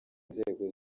nzego